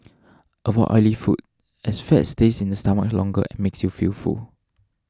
avoid oily foods as fat stays in the stomach longer and makes you feel full